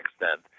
extent